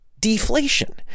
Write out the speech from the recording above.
Deflation